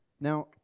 Now